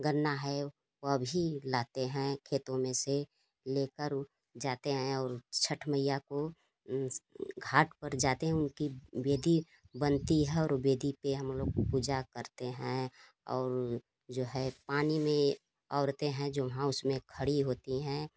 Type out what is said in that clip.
गन्ना है वह भी लाते हैं खेतों में से ले कर जाते हैं और छत्त मैया को घाट पर जाते हैं उनकी विधि बनती है और विधि पर हम लोग पूजा करते हैं और जो है पानी में औरतें हैं जो वहाँ उसमें खड़ी होती हैं